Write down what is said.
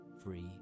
free